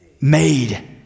Made